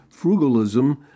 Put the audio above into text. frugalism